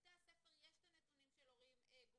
לבתי הספר יש את הנתונים של הורים גרושים.